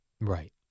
Right